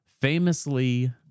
Famously